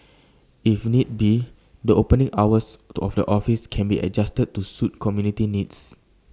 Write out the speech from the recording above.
if need be the opening hours of the offices can be adjusted to suit community needs